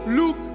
look